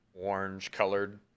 orange-colored